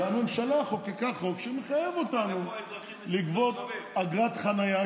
זו הממשלה חוקקה חוק שמחייב אותנו לגבות אגרת חניה,